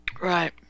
Right